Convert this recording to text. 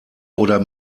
oder